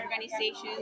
organizations